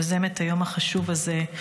יוזמת היום החשוב הזה,